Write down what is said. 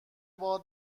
بار